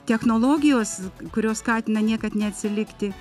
technologijos kurios skatina niekad neatsilikti